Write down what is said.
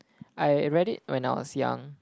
I read it when I was young